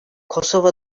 kosova